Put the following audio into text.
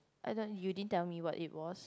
I don't you didn't tell me what it was